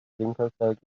winkelfeld